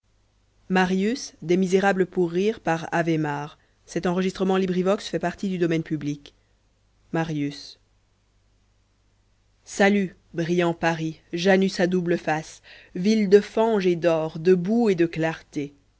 salut brillant paris janus ù double face ville de fange et d'or de boue et de clarté